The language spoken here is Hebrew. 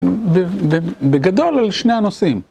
בגדול על שני הנושאים.